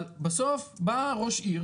אבל בסוף בא ראש העיר